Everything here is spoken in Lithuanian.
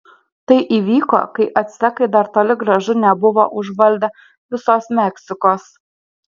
tai įvyko kai actekai dar toli gražu nebuvo užvaldę visos meksikos